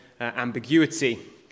ambiguity